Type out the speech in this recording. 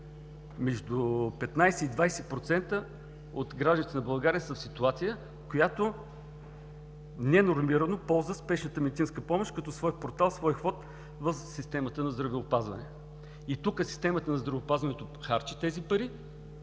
Между 15 – 20% от гражданите на България са в ситуация, в която ненормирано ползват спешната медицинска помощ като свой портал, свой вход в системата на здравеопазване. Тук системата на здравеопазването харчи тези пари,